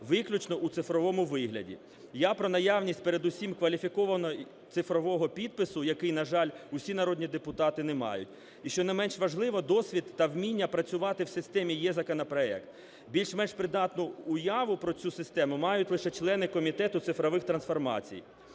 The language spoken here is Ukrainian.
виключно у цифровому вигляді. Я про наявність, передусім, кваліфікованого цифрового підпису, який, на жаль, усі народні депутати не мають. І, що не менш важливо, досвід та вміння працювати в системі "Е-законопроект". Більш-менш придатну уяву про цю систему мають лише члени Комітету цифрових трансформацій.